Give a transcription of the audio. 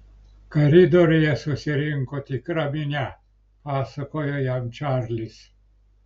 koridoriuje susirinko tikra minia pasakojo jam čarlis